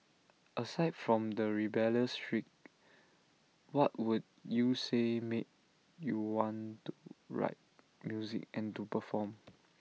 aside from the rebellious streak what would you say made you want to write music and to perform